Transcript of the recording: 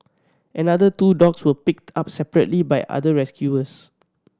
another two dogs were picked up separately by other rescuers